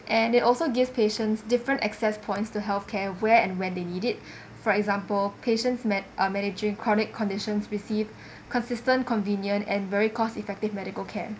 and it also gives patients different access points to health care where and when they need it for example patients ma~ uh managing chronic conditions receive consistent convenient and very cost effective medical care